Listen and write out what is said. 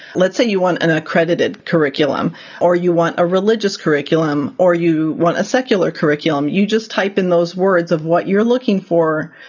let's say you want an accredited curriculum or you want a religious curriculum or you want a secular curriculum. you just type in those words of what your look four,